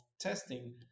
testing